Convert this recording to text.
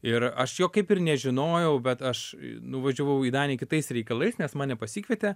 ir aš jo kaip ir nežinojau bet aš nuvažiavau į daniją kitais reikalais nes mane pasikvietė